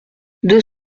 deux